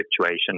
situation